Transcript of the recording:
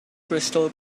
crystal